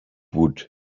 woot